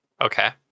Okay